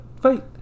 fight